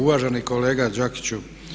Uvaženi kolega Đakiću.